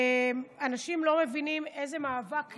אנשים לא מבינים איזה מאבק ניהלנו.